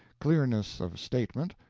clearness of statement,